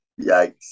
Yikes